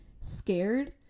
scared